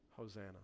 Hosanna